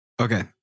Okay